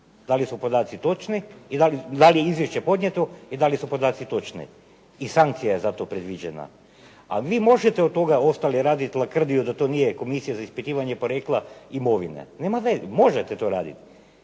da li su podaci točni, da li je izvješće podnijeto i da li su podaci točni i sankcija je za to predviđena. Ali vi možete od toga ostali raditi lakrdiju da to nije komisija za ispitivanje porijekla imovine. Nema veze, možete to raditi.